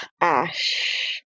Ash